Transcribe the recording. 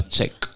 Check